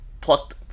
plucked